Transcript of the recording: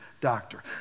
doctor